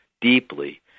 deeply